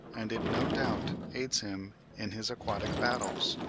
and it no doubt aids him in his aquatic battles.